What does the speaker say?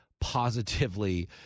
positively